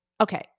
Okay